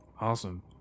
Awesome